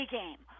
game